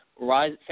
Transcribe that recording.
rise